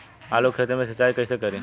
आलू के खेत मे सिचाई कइसे करीं?